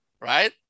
right